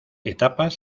etapas